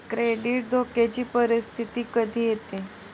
credit धोक्याची परिस्थिती कधी येते